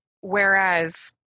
Whereas